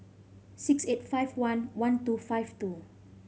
six eight five one one two five two